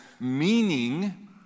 meaning